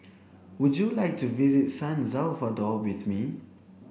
would you like to visit San Salvador with me